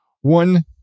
One